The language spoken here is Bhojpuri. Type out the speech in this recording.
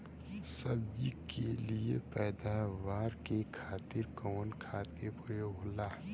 सब्जी के लिए पैदावार के खातिर कवन खाद के प्रयोग होला?